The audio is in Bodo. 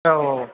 औ औ